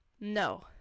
No